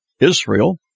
Israel